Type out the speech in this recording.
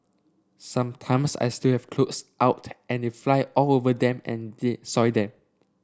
sometimes I still have clothes out and they fly all over them and the soil them